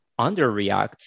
underreact